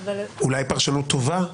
אולי פרשנות טובה,